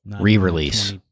Re-release